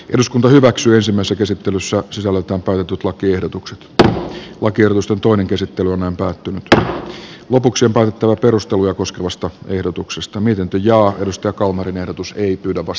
eduskunta hyväksyy sinänsä käsittelyssä sisällöltään painetut lakiehdotuksen että oikeus tuntuinen lopuksi on päätettävä perusteluja koskevasta ehdotuksesta miten jauhetusta kalmarin ehdotus liittyy davos